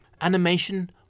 Animation